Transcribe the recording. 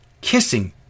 kissing